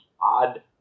odd